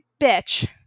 bitch